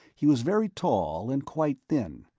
he was very tall and quite thin,